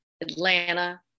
Atlanta